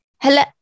Hello